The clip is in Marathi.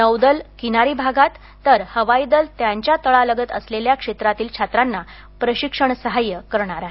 नौदल किनारी भागांत तर हवाई दल त्याच्या तळालगत असलेल्या क्षेत्रातील छात्रांना प्रशिक्षण सहाय्य करणार आहेत